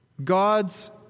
God's